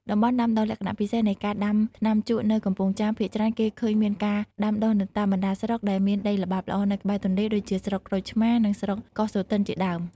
តំបន់ដាំដុះ លក្ខណៈពិសេសនៃការដាំថ្នាំជក់នៅកំពង់ចាម ភាគច្រើនគេឃើញមានការដាំដុះនៅតាមបណ្តាស្រុកដែលមានដីល្បាប់ល្អនៅក្បែរទន្លេ ដូចជាស្រុកក្រូចឆ្មារ និងស្រុកកោះសូទិនជាដើម។